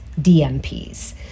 DMPs